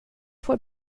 får